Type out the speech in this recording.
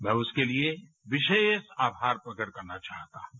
मैं उसके लिए विशेष आभार प्रकट करना चाहता हूँ